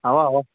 اوا اوا